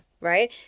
right